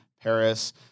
Paris